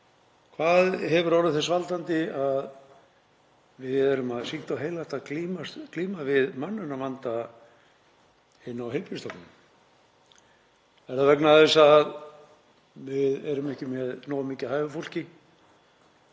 hvað hafi orðið þess valdandi að við erum sýknt og heilagt að glíma við mönnunarvanda inni á heilbrigðisstofnunum. Er það vegna þess að við erum ekki með nógu mikið af hæfu fólki?